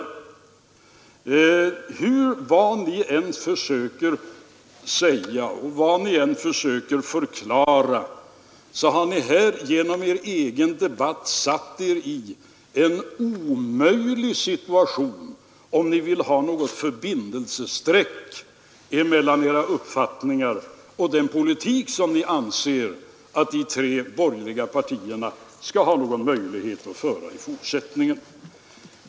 Vad ni än försöker säga och vad ni än försöker förklara har ni här genom er egen debatt försatt er i en omöjlig situation, om ni vill ha något förbindelsestreck mellan edra uppfattningar och den politik som ni anser att de tre borgerliga partierna skall ha någon möjlighet att föra i fortsättningen.